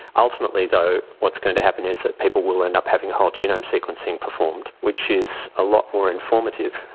ultimately though what's going to happen is that people will end up having whole genome sequencing performed, which is a lot more informative,